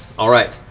all right.